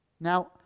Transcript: Now